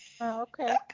okay